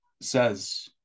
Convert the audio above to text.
says